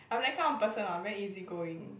I'm that kind of person I'm very easy-going